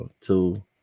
two